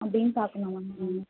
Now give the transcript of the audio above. அப்படின்னு பார்க்கலாமா மேம்